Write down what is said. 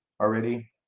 already